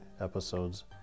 episodes